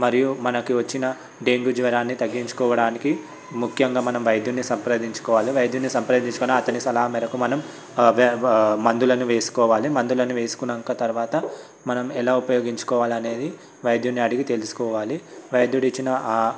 మరియు మనకు వచ్చిన డెంగ్యూ జ్వరాన్ని తగ్గించుకోవడానికి ముఖ్యంగా మనం వైద్యుని సంప్రదించుకోవాలి వైద్యుని సంప్రదించుకొని అతని సలహా మేరకు మనం మందులను వేసుకోవాలి మందులను వేసుకునాంక తర్వాత మనం ఎలా ఉపయోగించుకోవాలి అనేది వైద్యుని అడిగి తెలుసుకోవాలి వైద్యుడు ఇచ్చిన